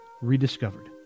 rediscovered